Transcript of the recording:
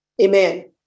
Amen